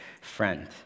friend